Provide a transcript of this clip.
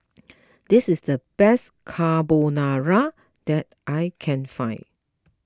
this is the best Carbonara that I can find